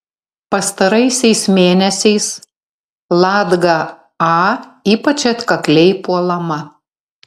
pastaraisiais mėnesiais latga a ypač atkakliai puolama